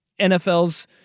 NFL's